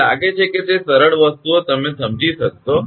મને લાગે છે કે તે સરળ વસ્તુઓ તમે સમજી શકશો